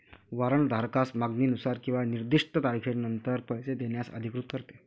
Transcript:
warrant धारकास मागणीनुसार किंवा निर्दिष्ट तारखेनंतर पैसे देण्यास अधिकृत करते